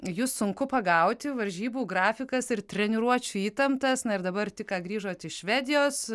jus sunku pagauti varžybų grafikas ir treniruočių įtemptas na ir dabar tik ką grįžot iš švedijos